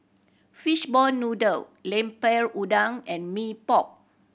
fish ball noodle Lemper Udang and Mee Pok